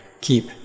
keep